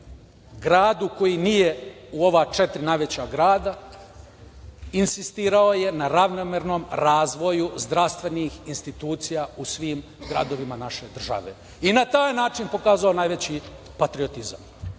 gradu koji nije u ova četiri najveća grada, insistirao je na ravnomernom razvoju zdravstvenih institucija u svim gradovima naše države i na taj način pokazao najveći patriotizam. Meni